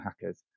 hackers